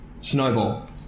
snowball